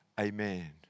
Amen